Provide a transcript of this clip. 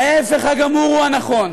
ההפך הגמור הוא הנכון,